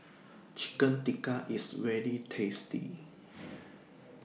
Chicken Tikka IS very tasty